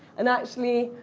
and actually,